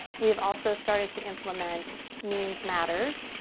we have also started to implement means matters,